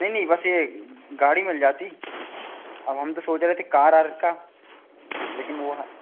नहीं नहीं बस ये गाड़ी मिल जाती अब हम तो सोच रहे थे कार आर का लेकिन वह है